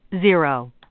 zero